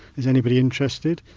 is anybody interested.